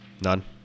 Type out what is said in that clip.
None